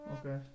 Okay